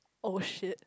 oh shit